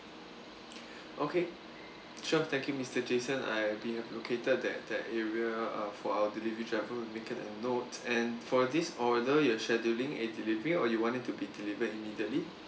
okay sure thank you mr jason uh we have located that that area uh for our delivery driver will make it a note and for this order you're scheduling a delivery or you want it to be delivered immediately